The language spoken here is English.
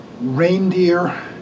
reindeer